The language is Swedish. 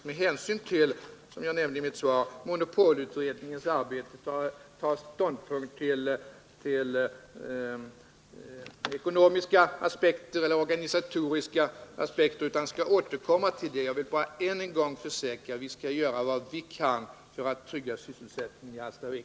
Med hänsyn till bl.a. monopolutredningens arbete vill jag inte för dagen ta ställning till ekonomiska eller organisatoriska aspekter, utan jag skall återkomma till detta. Jag vill bara än en gång försäkra att vi skall göra vad vi kan för att trygga sysselsättningen i Hallstavik.